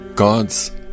God's